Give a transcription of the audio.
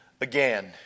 again